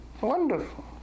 Wonderful